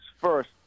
First